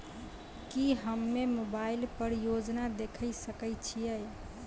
की हम्मे मोबाइल पर योजना देखय सकय छियै?